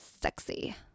sexy